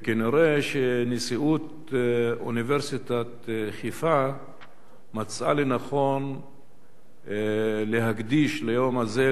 וכנראה נשיאות אוניברסיטת חיפה מצאה לנכון להקדיש ליום הזה,